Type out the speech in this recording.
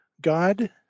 god